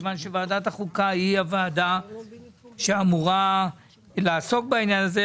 כיוון שוועדת החוקה היא הוועדה שאמורה לעסוק בעניין הזה.